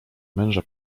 męża